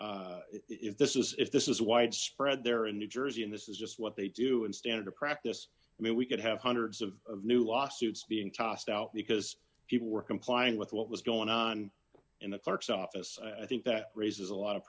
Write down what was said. say if this is if this is widespread there in new jersey and this is just what they do in standard practice i mean we could have hundreds of new lawsuits being tossed out because people were complying with what was going on in the clerk's office i think that raises a lot of